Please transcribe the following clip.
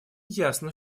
ясно